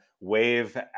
wave